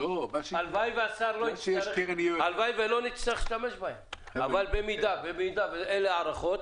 הלוואי ולא נצטרך להשתמש בהם אבל במידה וההערכות